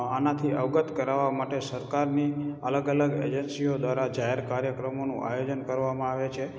આનાથી અવગત કરાવવા માટે સરકારની અલગ અલગ એજન્સીઓ દ્વારા જાહેર કાર્યક્રમોનું આયોજન કરવામાં આવે છે